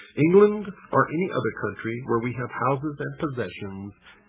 england, or any other country where we have houses and possessions.